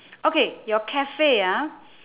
okay your cafe ah